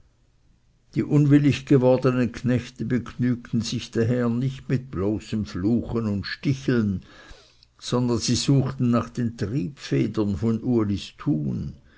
die unwillig gewordenen knechte begnügten sich daher nicht mit bloßem fluchen und sticheln sondern sie suchten nach den triebfedern von ulis tun